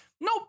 Nope